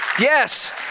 Yes